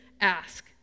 ask